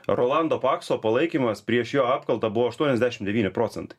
rolando pakso palaikymas prieš jo apkaltą buvo aštuoniasdešim devyni procentai